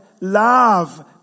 love